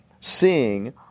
seeing